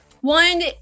One